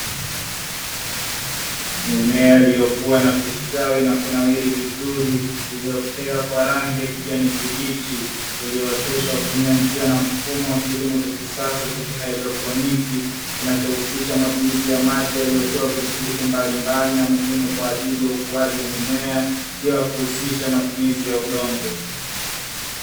Mimea iliyokuwa na kustawi na kunawiri vizuri, iliyopea kwa rangi ya kijani kibichi iliyooteshwa kutumia njia na mfumo wa kilimo cha kisasa cha haidroponi, kinachohusisha matumizi ya maji yaliyotiwa virutubisho mbalimbali na muhimu kwa ajili ya ukuaji wa mimea bila kuhusisha matumizi ya udongo.